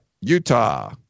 utah